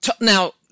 now